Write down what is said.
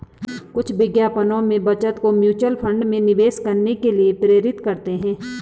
कुछ विज्ञापनों में बचत को म्यूचुअल फंड में निवेश करने के लिए प्रेरित करते हैं